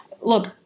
Look